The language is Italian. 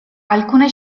alcune